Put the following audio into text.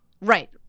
Right